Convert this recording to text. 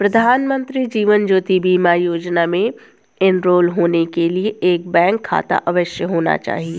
प्रधानमंत्री जीवन ज्योति बीमा योजना में एनरोल होने के लिए एक बैंक खाता अवश्य होना चाहिए